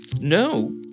No